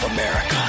America